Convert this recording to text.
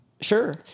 Sure